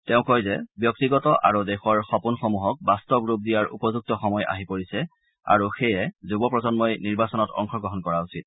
তেওঁ কৈছে যে ব্যক্তিগত আৰু দেশৰ সপোনসমূহক বাস্তৱ ৰূপ দিয়াৰ উপযুক্ত সময় আহি পৰিছে আৰু সেয়ে যুৱ প্ৰজন্মই নিৰ্বাচনত অংশ গ্ৰহণ কৰা উচিত